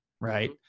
right